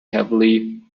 heavily